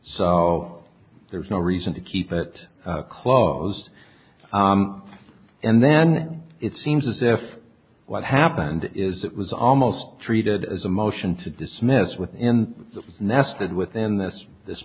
so there's no reason to keep it close and then it seems as if what happened is it was almost treated as a motion to dismiss within the nested within this this